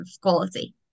quality